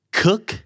cook